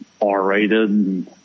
R-rated